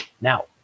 Now